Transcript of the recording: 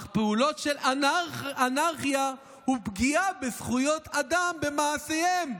אך פעולות של אנרכיה ופגיעה בזכויות אדם במעשיהם.